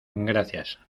gracias